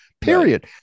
period